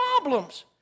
problems